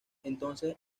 entonces